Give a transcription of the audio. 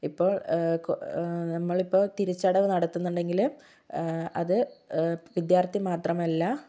ഇപ്പോൾ നമ്മൾ ഇപ്പോൾ തിരിച്ചടവ് നടത്തുന്നുണ്ടെങ്കില് അത് വിദ്യാർത്ഥി മാത്രമല്ല